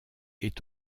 est